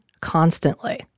constantly